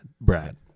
Brad